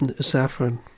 Saffron